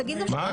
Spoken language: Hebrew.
תגיד לו --- מה?